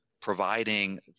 providing